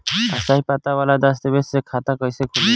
स्थायी पता वाला दस्तावेज़ से खाता कैसे खुली?